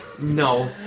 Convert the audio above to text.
No